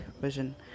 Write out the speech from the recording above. vision